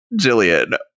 Jillian